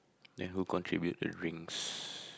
then who contribute the rings